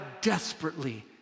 desperately